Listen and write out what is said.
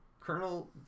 Colonel